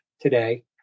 today